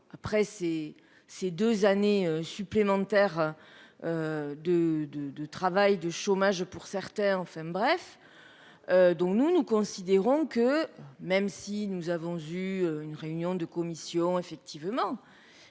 après ces ces 2 années supplémentaires. De de de travail du chômage pour certains. Enfin bref. Donc nous, nous considérons que même si nous avons eu une réunion de commission effectivement